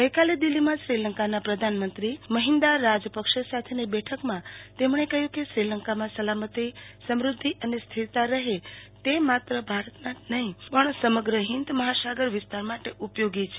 ગઈકાલે દિલ્હીમાં શ્રીલંકાના પ્રધાનમંત્રી મહિન્દા રાજપક્ષે સાથેની બેઠકમાં તેમણે કહ્યુ કે શ્રી લંકામાં સલામતીસમૃઘ્યિ અને સ્થિરતા રહે તે માત્ર ભારતના નહિ પણ સમગ્ર હિંદ મહાસાગર વિસ્તાર માટે ઉપયોગી છે